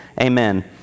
Amen